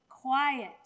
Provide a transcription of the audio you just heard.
quiet